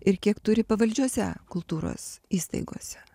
ir kiek turi pavaldžiose kultūros įstaigose